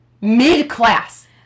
mid-class